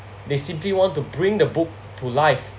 they simply want to bring the book to life